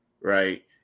right